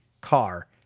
car